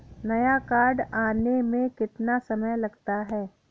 नया कार्ड आने में कितना समय लगता है?